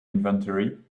inventory